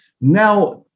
now